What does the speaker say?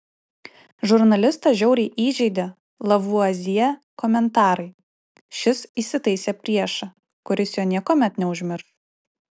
žurnalistą žiauriai įžeidė lavuazjė komentarai šis įsitaisė priešą kuris jo niekuomet neužmirš